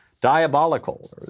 diabolical